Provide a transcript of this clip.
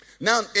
now